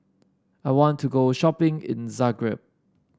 I want to go shopping in Zagreb